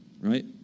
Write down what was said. right